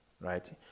right